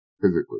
physically